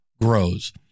grows